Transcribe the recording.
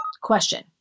Question